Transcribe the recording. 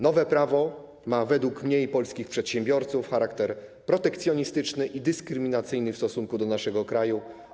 Nowe prawo ma według mnie i polskich przedsiębiorców charakter protekcjonistyczny i dyskryminacyjny w stosunku do naszego kraju.